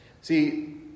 See